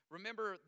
Remember